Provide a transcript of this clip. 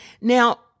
Now